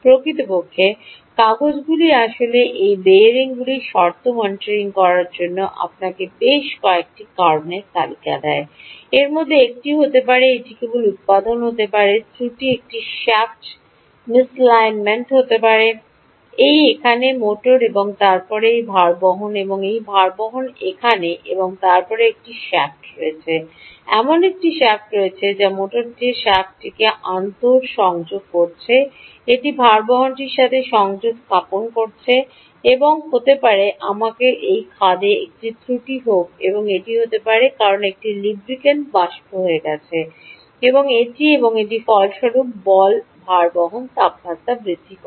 প্রকৃতপক্ষে কাগজগুলি আসলে এই বিয়ারিংগুলির শর্ত মনিটরিং করার জন্য আপনাকে বেশ কয়েকটি কারণের তালিকা দেয় এর মধ্যে একটি হতে পারে এটি কেবল উত্পাদন হতে পারে ত্রুটি এটি শ্যাফট মিসিলিনমেন্ট হতে পারে এই এখানে মোটর এবং তারপরে এই ভারবহন এবং এই ভারবহন এখানে এবং তারপরে একটি শ্যাফ্ট রয়েছে এমন একটি শ্যাফ্ট রয়েছে যা মোটরটির শ্যাফ্টটিকে আন্তঃসংযোগ করছে এটি ভারবহনটির সাথে সংযোগ স্থাপন করছে এবং আমি হতে পারি আমাদের এই খাদে একটি ত্রুটি হোক বা এটি হতে পারে কারণ এখানে লুব্রিক্যান্ট বাষ্প হয়ে গেছে এবং এটি এবং এটি ফলস্বরূপ বল ভারবহন তাপমাত্রা বৃদ্ধি করে